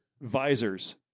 visors